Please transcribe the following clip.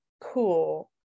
cool